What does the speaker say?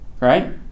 Right